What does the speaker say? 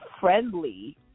friendly